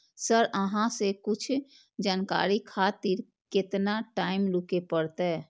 Sir अहाँ से कुछ जानकारी खातिर केतना टाईम रुके परतें?